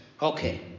Okay